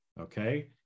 okay